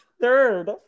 Third